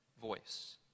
voice